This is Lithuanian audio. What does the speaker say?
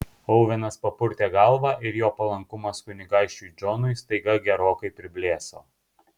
ovenas papurtė galvą ir jo palankumas kunigaikščiui džonui staiga gerokai priblėso